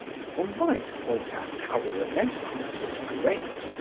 one might point out how the renaissance was great,